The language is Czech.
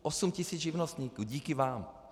Osm tisíc živnostníků díky vám.